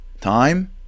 Time